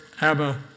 Abba